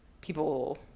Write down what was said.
people